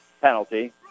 penalty